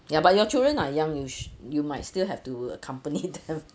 ya but your children are young you sh~ you might still have to accompany them